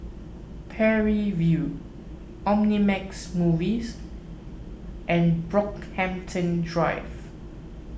Parry View Omnimax Movies and Brockhampton Drive